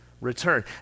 return